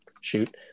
shoot